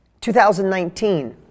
2019